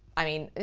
i mean, you